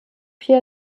hier